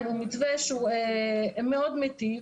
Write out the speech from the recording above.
מתווה שמאוד מיטיב,